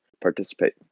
participate